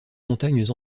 montagnes